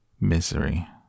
misery